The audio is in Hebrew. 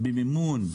-- במימון,